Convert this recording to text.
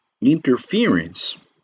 Interference